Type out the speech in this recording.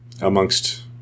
amongst